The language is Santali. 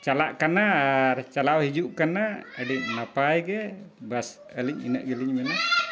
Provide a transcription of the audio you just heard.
ᱪᱟᱞᱟᱜ ᱠᱟᱱᱟ ᱟᱨ ᱪᱟᱞᱟᱣ ᱦᱤᱡᱩᱜ ᱠᱟᱱᱟ ᱟᱹᱰᱤ ᱱᱟᱯᱟᱭ ᱜᱮ ᱵᱟᱥ ᱟᱹᱞᱤᱧ ᱤᱱᱟᱹᱜ ᱜᱮᱞᱤᱧ ᱢᱮᱱᱟ